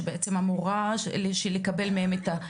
שבעצם אמורה לקבל מהם את התשובות,